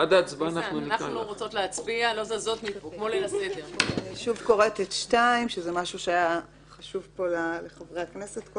יש עוד נקודה -- אתן רוצות להצביע ואחר כך נמשיך את הדיון?